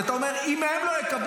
כי אתה אומר: אם הם לא יקבלו,